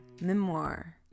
memoir